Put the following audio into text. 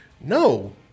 no